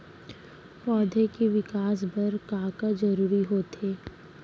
पौधे के विकास बर का का जरूरी होथे?